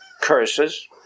curses